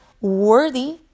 worthy